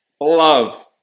love